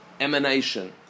emanation